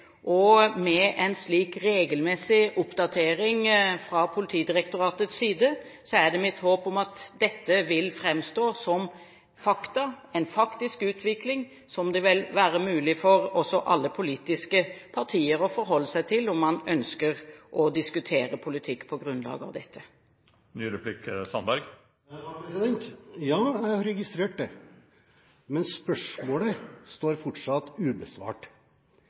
Med en slik regelmessig oppdatering fra Politidirektoratets side er det mitt håp at dette vil framstå som fakta – en faktisk utvikling – som det vil være mulig også for alle politiske partier å forholde seg til om man ønsker å diskutere politikk på grunnlag av dette. Ja, jeg har registrert det. Men spørsmålet står fortsatt ubesvart.